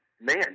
Man